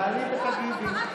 חברת הכנסת לוי, תעלי ותגידי.